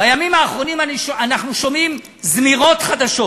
בימים האחרונים אנחנו שומעים זמירות חדשות,